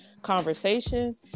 conversation